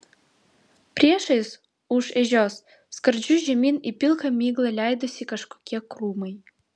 priešais už ežios skardžiu žemyn į pilką miglą leidosi kažkokie krūmai